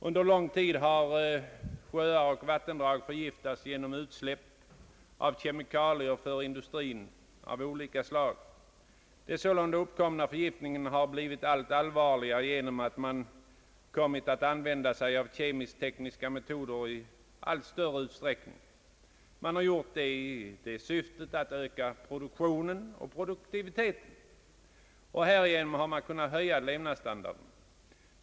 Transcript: Under lång tid har sjöar och vattendrag förgiftats genom utsläpp av kemikalier från industrier av olika slag. De sålunda uppkomna förgiftningarna har blivit allt allvarligare genom att kemisk-tekniska metoder i allt större utsträckning kommit till användning. Syftet härmed har varit att öka produktionen och produktiviteten, och härigenom har även levnadsstandarden kunnat höjas.